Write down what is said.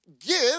Give